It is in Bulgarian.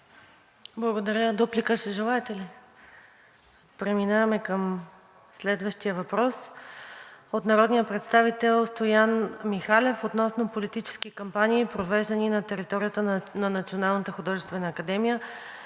Благодаря. Дуплика ще желаете ли?